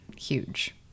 huge